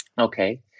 Okay